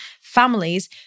families